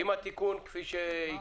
תקנה 3 לתקנות שמובאות בפני הוועדה.